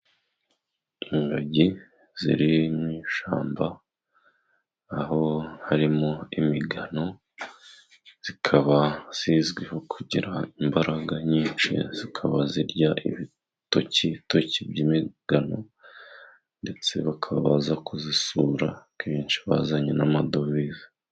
Ingagi ziri mu ishyamba, aho harimo imigano, zikaba zizwiho kugira imbaraga nyinshi, zikaba zirya ibitokitoki by'imigano ndetse bakaba baza kuzisura kenshi bazanye n'amadovize.